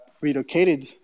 relocated